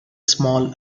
small